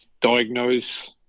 diagnose